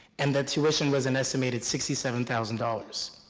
and that tuition was an estimated sixty seven thousand dollars.